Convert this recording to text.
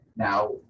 Now